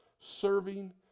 serving